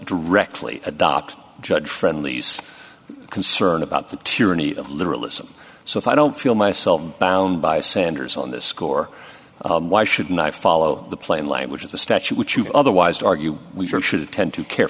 directly adopt judge friendly's concern about the tyranny of liberalism so if i don't feel myself bound by sanders on this score why shouldn't i follow the plain language of the statute which you otherwise argue we should attend to care